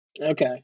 Okay